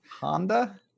Honda